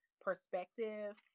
perspective